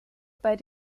bei